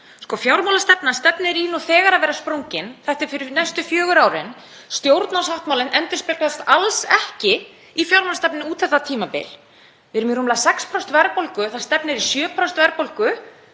Fjármálastefna stefnir nú þegar í að vera sprungin. Þetta er fyrir næstu fjögur árin. Stjórnarsáttmálinn endurspeglast alls ekki í fjármálastefnunni út þetta tímabil. Við erum í rúmlega 6% verðbólgu, það stefnir í 7% verðbólgu,